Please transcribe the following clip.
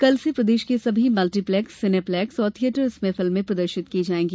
कल से प्रदेश के सभी मल्टिप्लेक्स सिनेप्लेक्स और थिएटर्स में फिल्में प्रदर्शित की जायेंगी